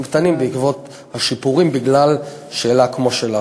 קטנים בעקבות השיפורים בגלל שאלה כמו שלך.